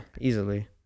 Easily